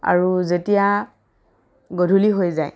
আৰু যেতিয়া গধূলি হৈ যায়